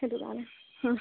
সেইটো কাৰণে